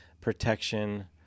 protection